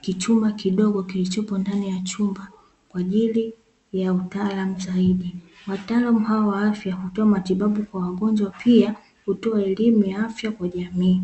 kichumba kidogo kilichopo ndani ya chumba kwa ajili ya utaalamu zaidi. Wataalamu hao wa afya hutoa matibabu kwa wagonjwa pia, kutoa elimu ya afya kwa jamii.